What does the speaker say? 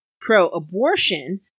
pro-abortion